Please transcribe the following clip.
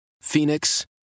Phoenix